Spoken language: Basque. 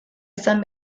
izan